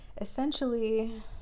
essentially